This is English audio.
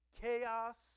chaos